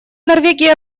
норвегия